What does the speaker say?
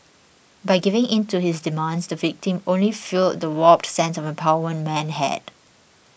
by giving in to his demands the victim only fuelled the warped sense of empowerment had